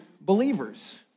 believers